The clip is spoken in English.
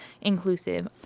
inclusive